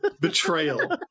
Betrayal